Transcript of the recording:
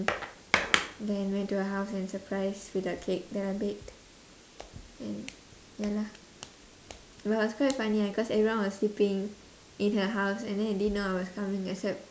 then went to her house and surprise with a cake then a bit and ya lah it was quite funny ah cause everyone was sleeping in her house and then they didn't know I was coming except